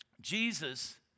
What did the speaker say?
Jesus